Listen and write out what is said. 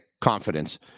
confidence